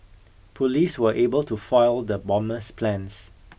police were able to foil the bomber's plans